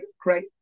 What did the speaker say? great